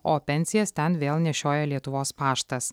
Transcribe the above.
o pensijas ten vėl nešioja lietuvos paštas